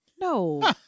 No